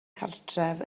cartref